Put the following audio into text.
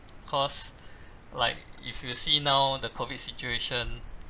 cause like if you see now the COVID situation